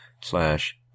slash